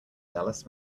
dallas